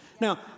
Now